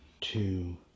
two